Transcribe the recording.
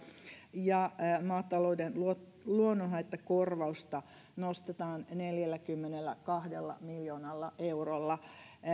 ja maatalouden luonnonhaittakorvausta nostetaan neljälläkymmenelläkahdella miljoonalla eurolla